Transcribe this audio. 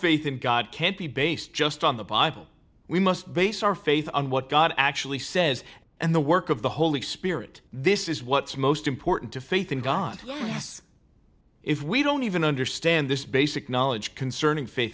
faith in god can't be based just on the bible we must base our faith on what god actually says and the work of the holy spirit this is what's most important to faith in god yes if we don't even understand this basic knowledge concerning faith